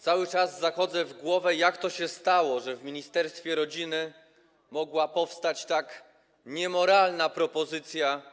Cały czas zachodzę w głowę, jak to się stało, że w ministerstwie rodziny mogła powstać tak niemoralna propozycja.